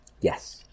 Yes